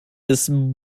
ist